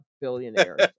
billionaires